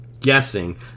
Guessing